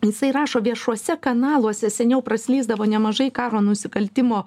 jisai rašo viešuose kanaluose seniau praslysdavo nemažai karo nusikaltimo